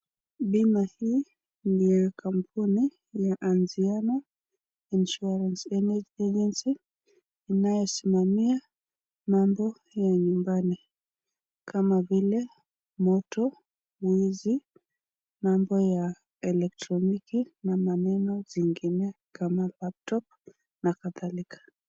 Bima hii ni ya kampuni ya Anziana Insurance Agency inayosimamia mambo ya nyumbani kama vile moto, wizi, mambo ya elektroniki na maneno zingine kama laptop na kadhalika.